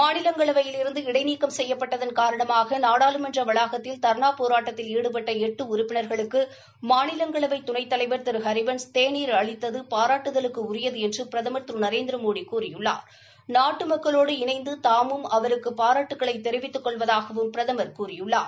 மாநிலங்களவையிலிருந்து இடைநீக்கம் செய்யப்பட்டதன் காரணமாக நாடாளுமன்ற வளாகத்தில் தர்ணா போராட்டத்தில் ஈடுபட்ட ஹரிவன்ஸ் தேநீர் அளித்தது பாராட்டுதலுக்கு உரியது என்று பிரதமர் திரு நரேந்திரமோடி கூறியுள்ளார் நாட்டு மக்களோடு இணைந்துதாமும் அவருக்கு பாராட்டுக்களை தெரிவித்துக் கொள்வதாகவும் பிரதமர் கூறியுள்ளார்